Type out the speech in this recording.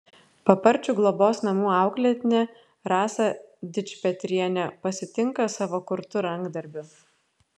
paparčių globos namų auklėtinė rasą dičpetrienę pasitinka savo kurtu rankdarbiu